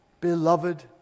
beloved